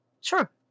sure